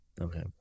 Okay